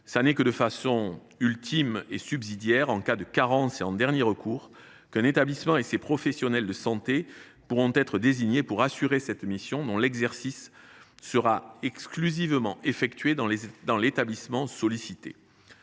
C’est uniquement de manière ultime et subsidiaire, en cas de carence et en dernier recours, qu’un établissement et ses professionnels de santé pourront être désignés pour assurer cette mission, dont l’exercice sera exclusivement effectué dans l’établissement sollicité.